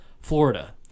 Florida